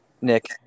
Nick